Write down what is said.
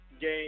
game